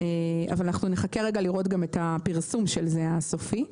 אנחנו נחכה לראות את הפרסום הסופי של זה.